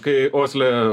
kai osle